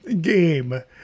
game